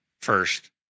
first